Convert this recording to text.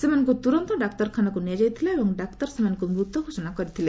ସେମାନଙ୍କୁ ତୁରନ୍ତ ଡାକ୍ତରଖାନାକୁ ନିଆଯାଇଥିଲା ଏବଂ ଡାକ୍ତର ସେମାନଙ୍କୁ ମୃତ ଘୋଷଣା କରିଥିଲେ